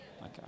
Okay